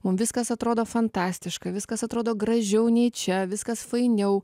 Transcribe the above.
mum viskas atrodo fantastiška viskas atrodo gražiau nei čia viskas fainiau